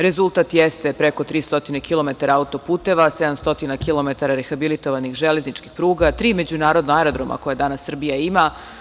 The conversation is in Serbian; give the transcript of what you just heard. Rezultat jeste preko 300km auto-puteva, 700km rehabilitovanih železničkih pruga, tri međunarodna aerodroma koja danas Srbija ima.